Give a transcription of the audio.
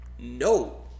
no